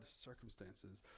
circumstances